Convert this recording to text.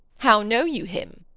how know you him?